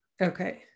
Okay